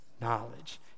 knowledge